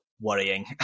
Worrying